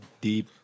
Deep